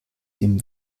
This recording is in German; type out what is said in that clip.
dem